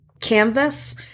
Canvas